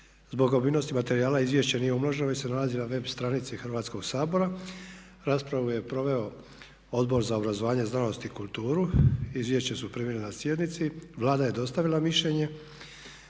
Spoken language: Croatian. Zbog obimnosti materijala Izvješće nije umnoženo već se nalazi na web stranici Hrvatskoga sabora. Raspravu je proveo Odbor za obrazovanje, znanost i kulturu. Izvješća ste primili na sjednici. Vlada je dostavila mišljenje.